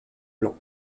blanc